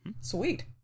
Sweet